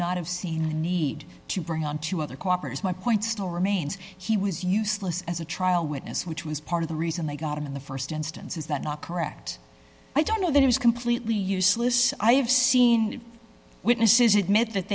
not have seen a need to bring on two other cooperators my point still remains he was useless as a trial witness which was part of the reason they got him in the st instance is that not correct i don't know that it was completely useless i have seen witnesses admit that